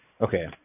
Okay